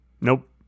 Nope